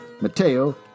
Mateo